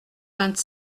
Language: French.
vingt